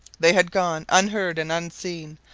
they had gone unheard and unseen,